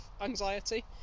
anxiety